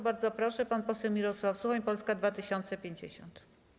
Bardzo proszę, pan poseł Mirosław Suchoń, Polska 2050.